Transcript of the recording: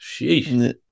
Sheesh